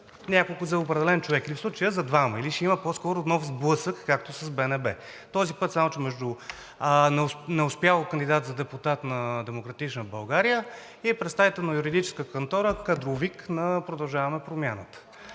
някого, за определен човек, в случая за двама, или по-скоро ще има нов сблъсък, както с БНБ, само че този път между неуспял кандидат за депутат на „Демократична България“ и представител на юридическа кантора, кадровик на „Продължаваме промяната“.